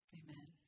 amen